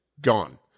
gone